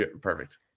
Perfect